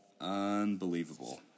Unbelievable